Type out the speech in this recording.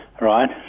Right